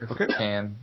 Okay